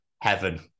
heaven